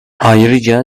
ayrıca